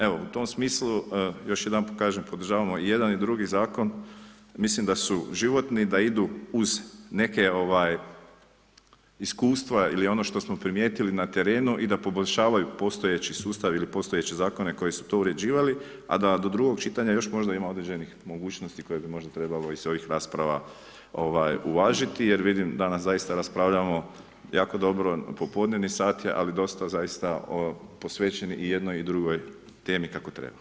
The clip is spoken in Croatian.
Evo, u tom smislu još jedanput kažem podržavamo jedan i drugi zakon, mislim da su životni i da idu uz neke ovaj iskustva ili ono što smo primijetili na terenu i da poboljšavaju postojeći sustav ili postojeće zakone koji su to uređivali, a da do drugog čitanja još možda ima određenih mogućnosti koje bi možda trebalo iz ovih rasprava ovaj uvažiti jer vidim danas zaista raspravljamo jako dobro, popodnevni sati, ali dosta zaista posvećeni i jednoj i drugoj temi kako treba.